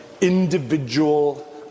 individual